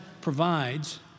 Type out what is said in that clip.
provides